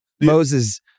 Moses